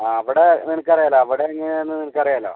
ആ അവിടെ നിനക്ക് അറിയാമല്ലോ അവിടെ എങ്ങനെയാണെന്ന് നിനക്ക് അറിയാമല്ലോ